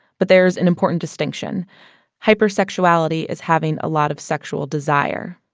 but there's an important distinction hypersexuality is having a lot of sexual desire.